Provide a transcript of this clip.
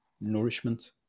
nourishment